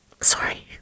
Sorry